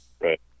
right